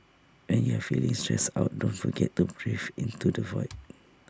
when you are feeling stressed out don't forget to breathe into the void